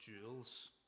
jewels